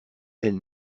elle